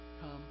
come